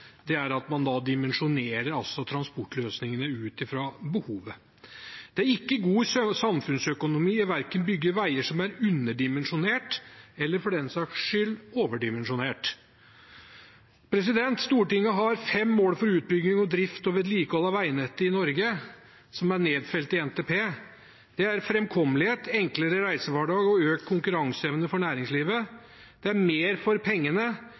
forslaget, er at man dimensjonerer transportløsningene ut fra behovet. Det er ikke god samfunnsøkonomi verken å bygge veier som er underdimensjonerte, eller – for den saks skyld – overdimensjonerte. Stortinget har fem mål for utbygging, drift og vedlikehold av veinettet i Norge, som er nedfelt i NTP. Det er framkommelighet, enklere reisehverdag og økt konkurranseevne for næringslivet, det er mer for pengene,